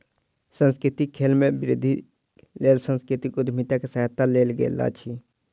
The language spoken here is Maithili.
सांस्कृतिक खेल में वृद्धिक लेल सांस्कृतिक उद्यमिता के सहायता लेल गेल अछि